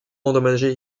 endommagé